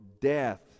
death